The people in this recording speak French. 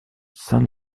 saint